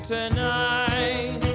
tonight